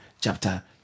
chapter